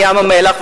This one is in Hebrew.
מים-המלח,